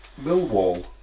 Millwall